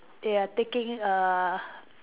they are taking err